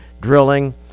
drilling